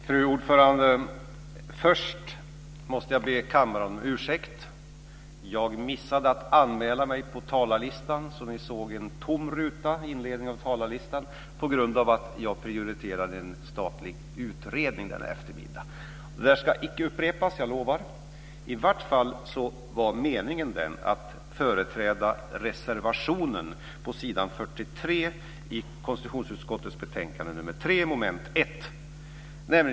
Fru talman! Först måste jag be kammaren om ursäkt. Jag missade att anmäla mig på talarlistan på grund av att jag prioriterade en statlig utredning denna eftermiddag. Detta ska icke upprepas, det lovar jag. Meningen var i alla fall att företräda reservation 1 på s. 43 med anledning av mom. 1 i utskottets hemställan i konstitutionsutskottets betänkande 3.